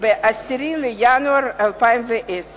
ב-10 בינואר 2010,